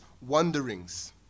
wanderings